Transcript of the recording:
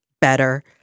better